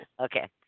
Okay